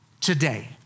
today